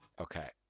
Okay